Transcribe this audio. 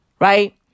Right